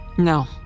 No